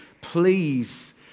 please